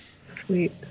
Sweet